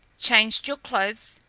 changed your clothes,